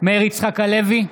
מאיר יצחק הלוי,